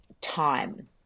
time